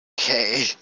okay